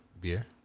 Beer